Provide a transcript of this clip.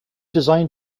design